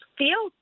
feel